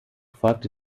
folgte